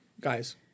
guys